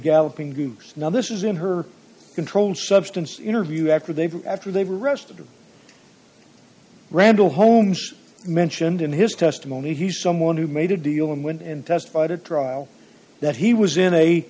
galloping groups now this is in her controlled substance interview after they've after they've arrested him randall holmes mentioned in his testimony he someone who made a deal and went and testified at trial that he was in a